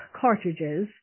cartridges